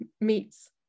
meets